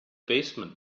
basement